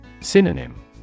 Synonym